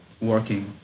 working